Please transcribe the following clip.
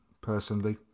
personally